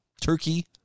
turkey